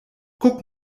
guck